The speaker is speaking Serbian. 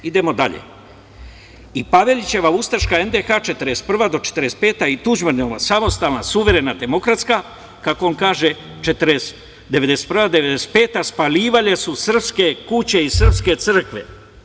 Idemo dalje, i Pavelićeva ustaška NDH 1941. do 1945. i Tuđman je samostalna, suverena demokratska, kako on kaže 1991. do 1995. spaljivali su srpske kuće i srpske crkve.